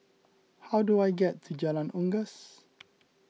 how do I get to Jalan Unggas